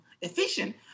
efficient